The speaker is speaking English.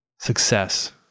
Success